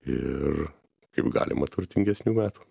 ir kaip galima turtingesnių metų